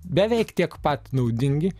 beveik tiek pat naudingi